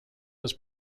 was